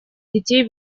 детей